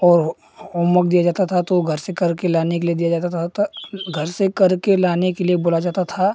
और home work दिया जाता था तो घर से कर के लाने के लिए दिया जाता था घर से करके लाने के लिए बोला जाता था